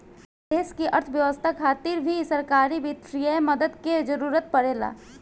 देश की अर्थव्यवस्था खातिर भी सरकारी वित्तीय मदद के जरूरत परेला